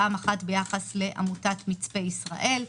פעם אחת ביחס לעמותת מצפה ישראל.